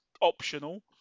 optional